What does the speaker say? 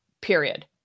period